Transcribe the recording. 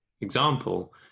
example